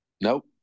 Nope